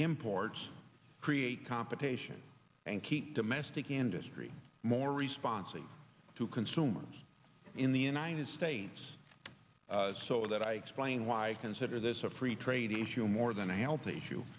imports create competition and keep domestic industry more responsible to consumers in the united states so that i explain why i consider this a free trade issue more than a health issue